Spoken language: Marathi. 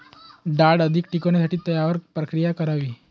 डाळ अधिक टिकवण्यासाठी त्यावर काय प्रक्रिया करावी?